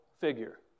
figure